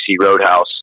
Roadhouse